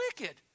wicked